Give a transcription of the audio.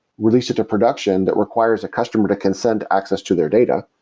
release it to production that requires a customer to consent access to their data.